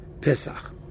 Pesach